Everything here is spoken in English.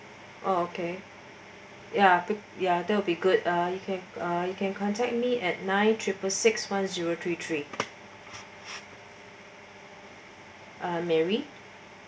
oh okay ya that will be good you can contact me nine triple six one zero three three mary